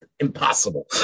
Impossible